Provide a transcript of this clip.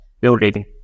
building